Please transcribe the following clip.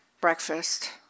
breakfast